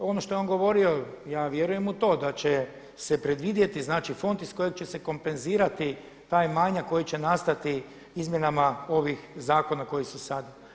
Ono što je on govorio ja vjerujem u to da će se predvidjeti, znači fond iz kojeg će se kompenzirati taj manjak koji će nastati izmjenama ovih zakona koji su sad.